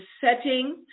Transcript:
setting